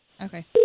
Okay